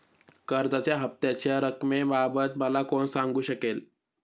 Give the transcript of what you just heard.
कर्जाच्या हफ्त्याच्या रक्कमेबाबत मला कोण सांगू शकेल?